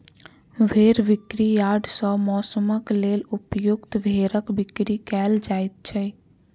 भेंड़ बिक्री यार्ड सॅ मौंसक लेल उपयुक्त भेंड़क बिक्री कयल जाइत छै